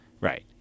Right